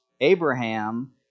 Abraham